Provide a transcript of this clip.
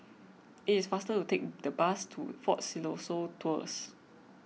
it is faster to take the bus to fort Siloso Tours